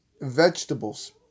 vegetables